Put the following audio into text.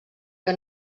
que